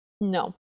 No